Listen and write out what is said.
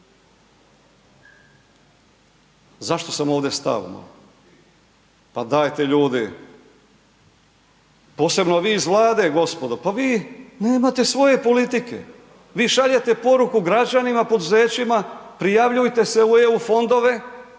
Zašto sam ovdje stao malo? Pa dajte ljudi, posebno vi iz Vlade gospodo, pa vi nemate svoje politike, vi šaljete poruku građanima, poduzećima, prijavljujte se u EU fondove.